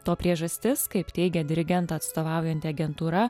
to priežastis kaip teigia dirigentą atstovaujanti agentūra